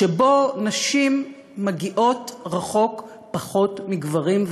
שבו נשים מגיעות רחוק פחות מגברים,